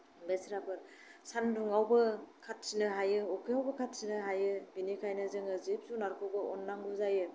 बेसेराफोर सानदुंआवबो खाथिनो हायो अखायावबो खाथिनो हायो बेनिखायनो जोङो जिब जुनारखौबो अन्नांगौ जायो